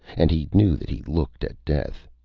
and he knew that he looked at death.